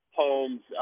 homes